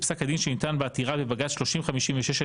בפסק הדין שניתן בעתירה בבג"צ 3056/20,